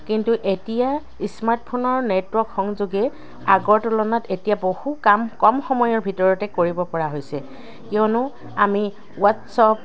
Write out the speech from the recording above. কিন্তু এতিয়া স্মাৰ্টফোনৰ নেটৱৰ্ক সংযোগে আগৰ তুলনাত এতিয়া বহু কাম কম সময়ৰ ভিতৰতে কৰিব পৰা হৈছে কিয়নো আমি হোৱাটছাএপ